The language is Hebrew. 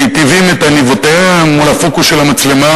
שמיטיבים את עניבותיהם מול הפוקוס של המצלמה